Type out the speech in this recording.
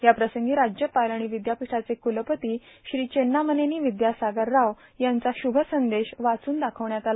याप्रसंगी राज्यपाल आणि विद्यापीठाचे कुलपती श्री चेन्नामनेनी विद्यासागर राव यांचा श्रभसंदेश वाचून दाखवण्यात आला